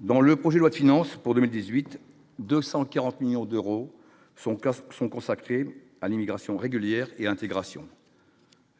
Dans le projet loi de finances pour 2018, 240 millions d'euros son sont consacrés à l'immigration régulière et intégration,